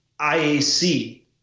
IAC